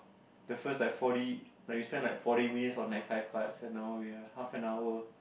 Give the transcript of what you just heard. the first like forty like we spend like forty minutes on like five cards and now we are half an hour